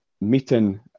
meeting